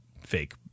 fake